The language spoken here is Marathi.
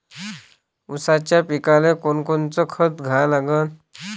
ऊसाच्या पिकाले कोनकोनचं खत द्या लागन?